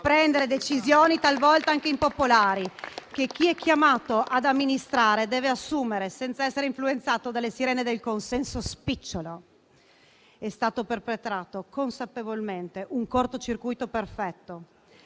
prendere decisioni talvolta anche impopolari, che chi è chiamato ad amministrare deve assumere senza essere influenzato dalle sirene del consenso spicciolo. È stato perpetrato consapevolmente un cortocircuito perfetto: